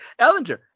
Ellinger